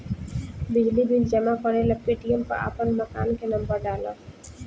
बिजली बिल जमा करेला पेटीएम पर आपन मकान के नम्बर डाल